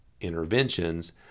interventions